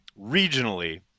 regionally